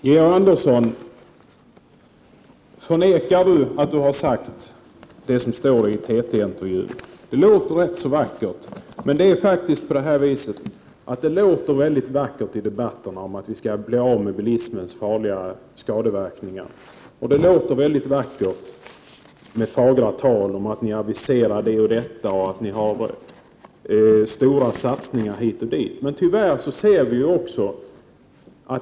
Herr talman! Förnekar Georg Andersson att han har sagt det som står i TT-intervjun? Det som Georg Andersson säger i debatterna om att minska bilismens farliga skadeverkningar, att regeringen har aviserat olika saker och att regeringen gör satsningar på olika områden låter mycket vackert.